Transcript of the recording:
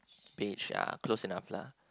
beige ah close enough lah